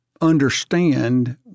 understand